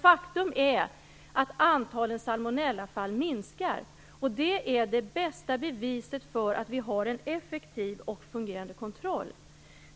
Faktum är att antalet salmonellafall minskar. Det är det bästa beviset för att vi har en effektiv och fungerande kontroll.